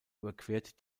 überquert